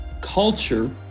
culture